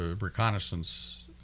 reconnaissance